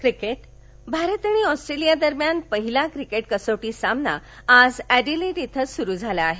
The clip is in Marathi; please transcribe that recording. क्रिकेट भारत आणि ऑस्ट्रेलिया दरम्यान पहिला क्रिकेट कसोटी सामना आज एडलेड इथं सुरु झाला आहे